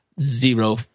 zero